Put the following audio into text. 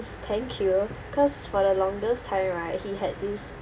thank you cause for the longest time right he had this